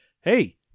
hey